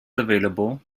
available